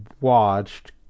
watched